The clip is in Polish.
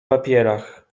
papierach